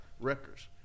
Records